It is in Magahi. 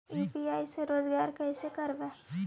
यु.पी.आई से रोजगार कैसे करबय?